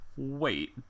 Wait